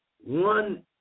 one